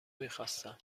میخواستم